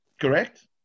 correct